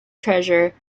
treasure